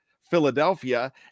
Philadelphia